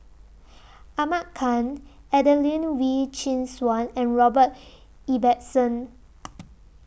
Ahmad Khan Adelene Wee Chin Suan and Robert Ibbetson